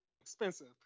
expensive